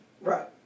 right